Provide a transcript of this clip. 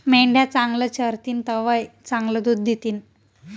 मेंढ्या चांगलं चरतीन तवय चांगलं दूध दितीन